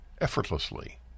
effortlessly